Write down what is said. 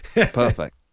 perfect